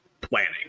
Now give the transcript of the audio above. planning